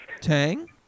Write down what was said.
Tang